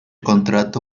contrato